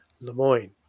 LeMoyne